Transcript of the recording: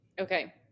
Okay